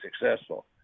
successful